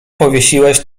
powiesiłeś